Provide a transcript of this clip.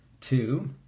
Two